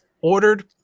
ordered